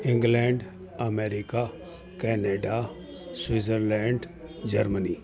England America Canada Switzerland Germany